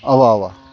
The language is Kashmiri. اَوا اَوا